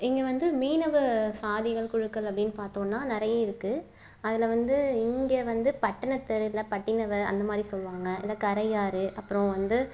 இங்கே வந்து மீனவ சாதிகள் குழுக்கள் அப்படினு பார்த்தோன்னா நிறைய இருக்கு அதில் வந்து இங்கே வந்து பட்டணத்திரையில பட்டிணவ அந்த மாரி சொல்லுவாங்க இந்தக் கரையாறு அப்புறம் வந்து